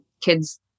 kids